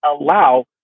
allow